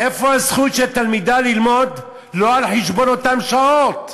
איפה הזכות של התלמידה ללמוד לא על חשבון אותן שעות?